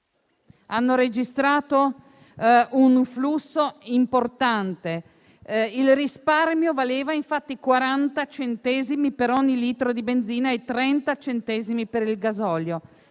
hanno registrato un flusso importante. Il risparmio valeva infatti 40 centesimi per ogni litro di benzina e 30 centesimi per il gasolio: